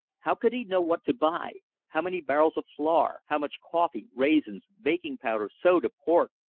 how could he know what to buy how many barrels of flour, how much coffee, raisins, baking powder, soda, pork,